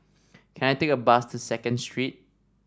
can I take a bus to Second Street